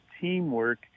teamwork